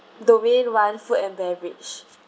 domain one food and beverage